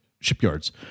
shipyards